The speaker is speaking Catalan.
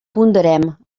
ponderem